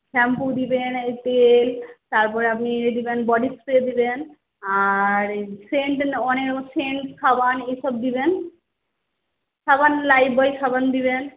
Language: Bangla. শ্যাম্পু দেবেন তেল তারপরে আপনি দেবেন বডি স্প্রে দেবেন আর সেন্ট অনেকরকম সেন্ট সাবান এইসব দেবেন সাবান লাইফবয় সাবান দেবেন